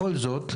בכל זאת,